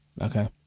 Okay